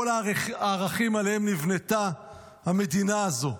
כל הערכים שעליהם נבנתה המדינה הזו.